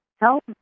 help